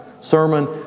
sermon